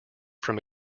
from